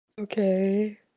Okay